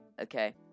Okay